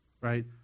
right